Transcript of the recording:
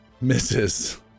misses